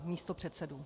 Místopředsedů.